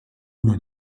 uno